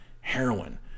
heroin